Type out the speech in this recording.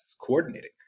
coordinating